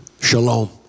shalom